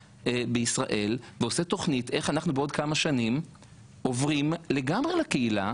בישראל ועושה תוכנית איך אנחנו בעוד כמה שנים עוברים לגמרי לקהילה,